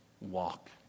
walk